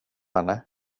henne